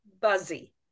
buzzy